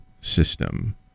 system